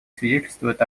свидетельствуют